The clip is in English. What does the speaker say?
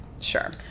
sure